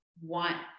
want